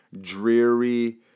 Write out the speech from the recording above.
dreary